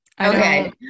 Okay